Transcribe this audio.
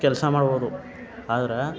ಕೆಲಸ ಮಾಡ್ಬೋದು ಆದ್ರೆ